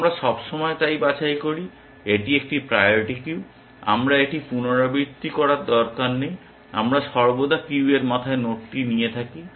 আমরা সবসময় তাই বাছাই করি এটি একটি প্রায়োরিটি কিউ আমার এটি পুনরাবৃত্তি করার দরকার নেই আমরা সর্বদা কিউয়ের মাথায় নোডটি নিয়ে থাকি